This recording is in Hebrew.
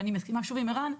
ואני מסכימה שוב עם ערן,